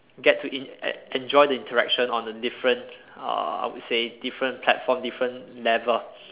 get to in enjoy the interaction on a different uh I would say different platform different level